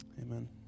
Amen